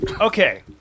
Okay